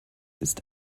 ist